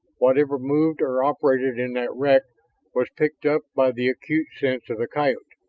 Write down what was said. whatever moved or operated in that wreck was picked up by the acute sense of the coyote,